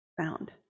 found